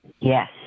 Yes